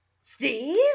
steve